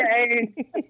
Okay